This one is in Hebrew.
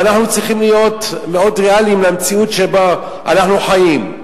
ואנחנו צריכים להיות מאוד ריאליים כלפי המציאות שבה אנחנו חיים,